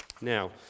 Now